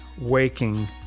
waking